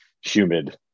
humid